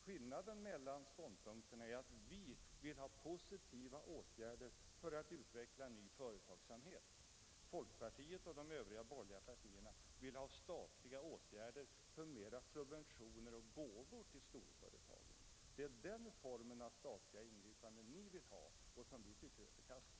Skillnaden mellan ståndpunkterna är att vi vill ha positiva åtgärder för att utveckla ny statsägd företagsamhet, medan folkpartiet och de övriga borgerliga partierna vill ha statliga åtgärder för mera subventioner och gåvor till de privata storföretagen. Det är den form av statliga ingripanden ni vill ha, men vi tycker att den är förkastlig.